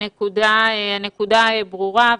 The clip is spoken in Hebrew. הנקודה ברורה.